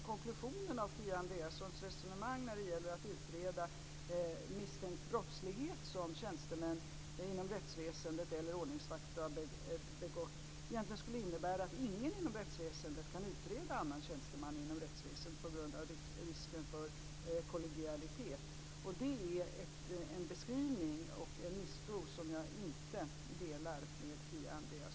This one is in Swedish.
Konklusionen av Kia Andreassons resonemang när det gäller att utreda brott som tjänstemän inom rättsväsendet eller ordningsvakter misstänks ha begått är egentligen att ingen inom rättsväsendet kan utreda annan tjänsteman inom rättsväsendet på grund av risken för kollegialitet. Det är en beskrivning och en misstro som jag inte delar med Kia Andreasson.